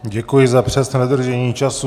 Děkuji za přesné dodržení času.